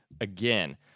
again